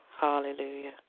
Hallelujah